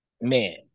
Man